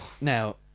Now